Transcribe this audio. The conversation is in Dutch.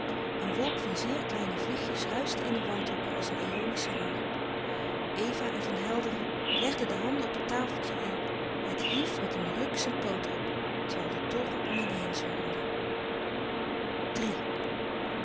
een wolk van zeer kleine vliegjes ruischte in de wandhoeken als een eolische harp eva en van helderen legden de handen op het tafeltje en het hief met een ruk zijn poot op terwijl de torren om hen heen zwermden